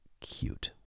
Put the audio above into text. cute